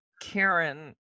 Karen